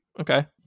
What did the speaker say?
Okay